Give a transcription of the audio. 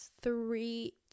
three